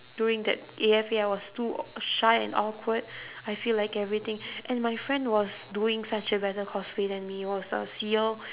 during that A_F_A I was too aw~ shy and awkward I feel like everything and my friend was doing such a better cosplay than me was uh